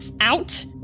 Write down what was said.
out